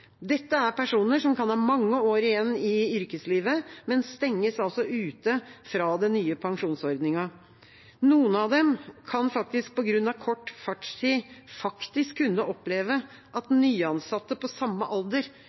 Dette er personer som kan ha mange år igjen i yrkeslivet, men stenges altså ute fra den nye pensjonsordningen. Noen av dem kan på grunn av kort fartstid faktisk oppleve at nyansatte på samme alder